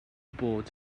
boards